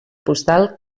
postal